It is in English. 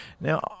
Now